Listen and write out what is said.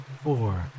Four